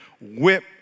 whip